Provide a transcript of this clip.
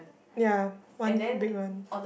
ya one big one